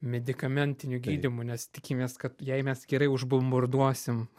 medikamentiniu gydymu nes tikimės kad jei mes gerai užbombarduosim